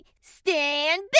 Stand